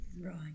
Right